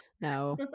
no